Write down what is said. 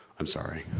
i'm sorry.